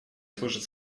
служат